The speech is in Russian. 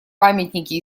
памятники